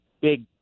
big